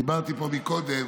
דיברתי פה קודם